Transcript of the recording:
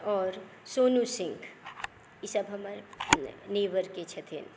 आओर सोनू सिंह ईसभ हमर नेबरके छथिन